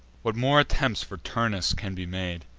what more attempts for turnus can be made,